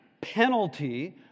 penalty